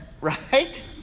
Right